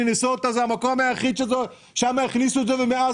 מינסוטה זה המקום היחיד שם הכניסו את זה ומאז